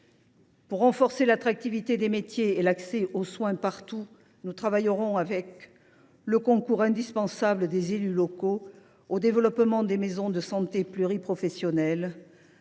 Pour renforcer l’attractivité des métiers et l’accès aux soins partout, nous travaillerons, avec le concours indispensable des élus locaux, au développement des maisons de santé pluriprofessionnelles,